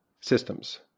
systems